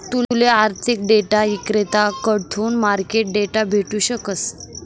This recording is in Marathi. तूले आर्थिक डेटा इक्रेताकडथून मार्केट डेटा भेटू शकस